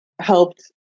helped